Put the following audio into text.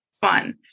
fun